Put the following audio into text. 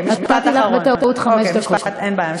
אין בעיה.